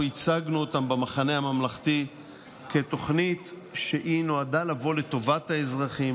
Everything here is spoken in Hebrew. אנחנו הצגנו אותם במחנה הממלכתי כתוכנית שנועדה לבוא לטובת האזרחים.